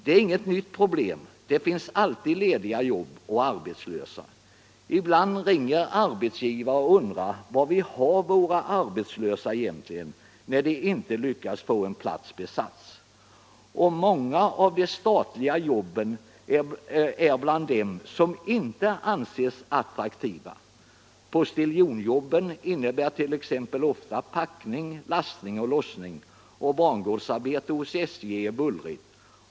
Det är inget nytt problem, det finns alltid lediga jobb och arbetslösa ... Ibland ringer arbetsgivare och undrar var vi har våra arbetslösa egentligen. när de inte lyckats få en plats besatt! Och många av de statliga jobben är bland dem som inte anses attraktiva. Postiljonjobben innebär t.ex. oftast packning, lastning och lossning, och bangårdsarbete hos SJ är bullrigt.